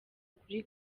kuri